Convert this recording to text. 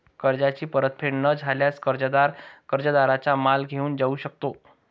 कर्जाची परतफेड न झाल्यास, कर्जदार कर्जदाराचा माल घेऊन जाऊ शकतो